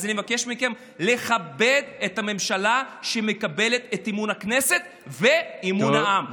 אז אני מבקש מכם לכבד את הממשלה שמקבלת את אמון הכנסת ואמון העם.